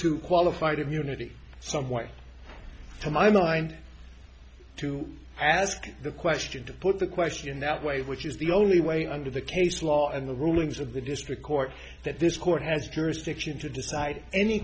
to qualified immunity some way to my mind to ask the question to put the question that way which is the only way under the case law and the rulings of the district court that this court has